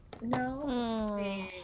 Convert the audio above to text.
no